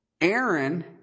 Aaron